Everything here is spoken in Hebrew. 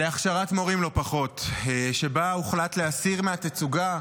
להכשרת מורים, לא פחות, שבה הוחלט להסיר מתצוגת